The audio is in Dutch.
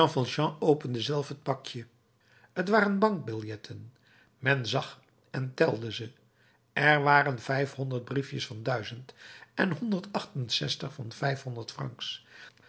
opende zelf het pakje t waren bankbiljetten men zag en telde ze er waren vijfhonderd briefjes van duizend en honderd acht en zestig van vijfhonderd francs